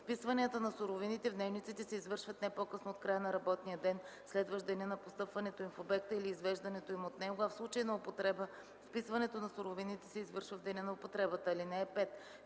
Вписванията на суровините в дневниците се извършват не по-късно от края на работния ден, следващ деня на постъпването им в обекта или извеждането им от него, а в случаи на употреба вписването на суровините се извършва в деня на употребата. (5)